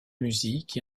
musique